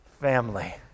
family